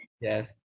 Yes